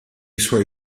suoi